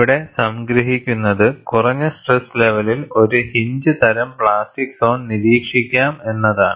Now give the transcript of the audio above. ഇവിടെ സംഗ്രഹിക്കുന്നത് കുറഞ്ഞ സ്ട്രെസ് ലെവലിൽ ഒരു ഹിഞ്ച് തരം പ്ലാസ്റ്റിക് സോൺ നിരീക്ഷിക്കാം എന്നതാണ്